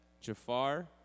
Jafar